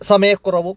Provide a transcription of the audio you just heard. സമയക്കുറവും